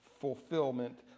fulfillment